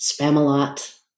Spamalot